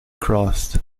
crossed